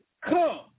come